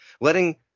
letting